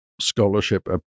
scholarship